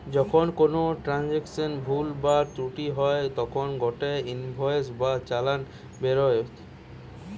যখন কোনো ট্রান্সাকশনে ভুল বা ত্রুটি হই তখন গটে ইনভয়েস বা চালান বেরোয়